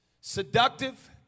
seductive